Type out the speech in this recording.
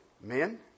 Men